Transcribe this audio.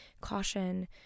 caution